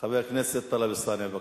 חבר הכנסת טלב אלסאנע, בבקשה.